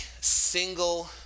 single